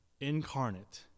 incarnate